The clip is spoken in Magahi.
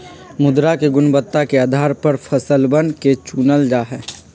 मृदा के गुणवत्ता के आधार पर फसलवन के चूनल जा जाहई